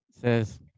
says